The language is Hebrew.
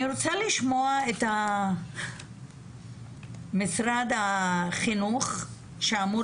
אני רוצה לשמוע את משרד החינוך שאמור